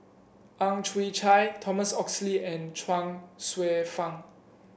Ang Chwee Chai Thomas Oxley and Chuang Hsueh Fang